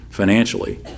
financially